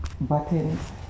buttons